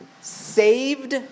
saved